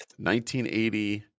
1980